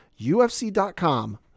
UFC.com